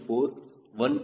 4 1